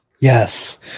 Yes